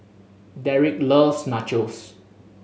Dereck loves Nachos